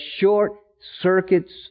short-circuits